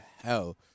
hell